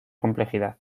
complejidad